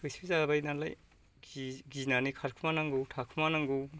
होसो जाबाय नाला गिनानै खारखोमानांगौ थाखोमानांगौ